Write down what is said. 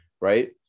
right